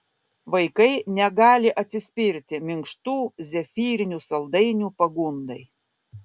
vaikai negali atsispirti minkštų zefyrinių saldainių pagundai